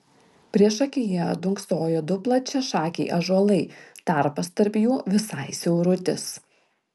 priešakyje dunksojo du plačiašakiai ąžuolai tarpas tarp jų visai siaurutis